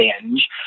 binge